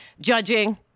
judging